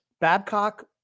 Babcock